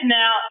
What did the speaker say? now